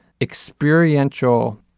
experiential